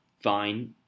fine